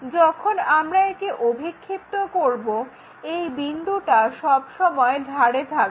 যখন আমরা একে অভিক্ষিপ্ত করব এই বিন্দুটা সব সময় ধারে থাকবে